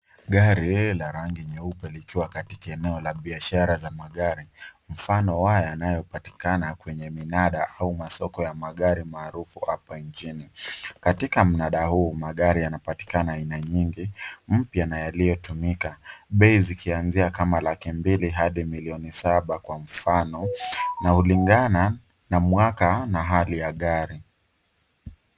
Gari la rangi nyeupe likiwa katika eneo la biashara za magari mfano waya yanayopatikana kwenye minada au masoko ya magari maarufu hapa nchini. Katika mnada huu, magari yanapatikana aina nyingi, mpya na yaliyotumika, bei zikianzia kama laki mbili hadi milioni saba kwa mfano, na hulingana na mwaka na hali ya gari.